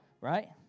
Right